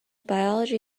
biology